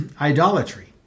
idolatry